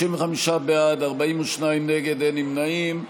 55 בעד, 42 נגד, אין נמנעים.